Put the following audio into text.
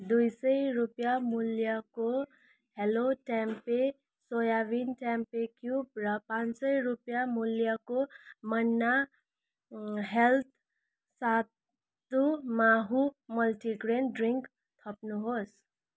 दुई सय रुपियाँ मूल्यको hello tempeh soybean tempeh cube र पाँच सौ रुपियाँ मूल्यको Manna health Sattu Maavu multigrain drink थप्नुहोस्